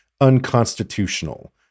unconstitutional